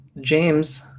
James